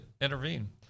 intervene